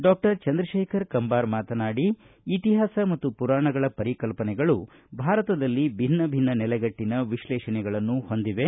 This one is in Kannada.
ಡಾಕ್ಟರ್ ಚಂದ್ರಶೇಖರ್ ಕಂಬಾರ ಮಾತನಾಡಿ ಇತಿಹಾಸ ಮತ್ತು ಪುರಾಣಗಳ ಪರಿಕಲ್ಪನೆಗಳು ಭಾರತದಲ್ಲಿ ಭಿನ್ನ ಭಿನ್ನ ನೆಲೆಗಟ್ಟಿನ ವಿಶ್ಲೇಷಣೆಗಳನ್ನು ಹೊಂದಿವೆ